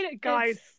Guys